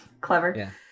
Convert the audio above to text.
Clever